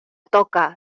toca